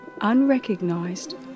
unrecognized